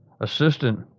assistant